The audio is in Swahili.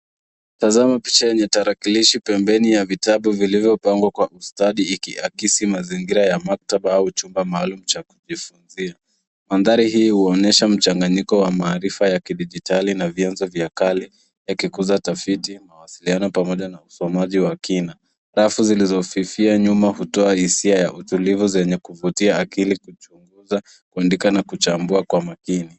Tazama picha ya tarakailishi pembeni ya vitabu vilivyopangwa kwa ustadi ikiakisi mazingira ya maktaba au chumba maalum cha kujifunzia. Mandhari hii huonyesha mchanganyiko wa maarifa ya kidijitali na vyanzo vya kali yakikuuza tafiti, mawasiliano pamoja na usomaji wa kina. Rafu zilizofifia nyuma hutoa hisia ya utulivu zenye kuvutia aina ya akili kuchunguza, kuandika na kuchambua kwa makini.